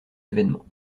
événements